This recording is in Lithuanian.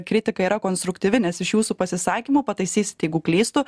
kritika yra konstruktyvi nes iš jūsų pasisakymų pataisysit jeigu klystu